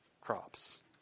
crops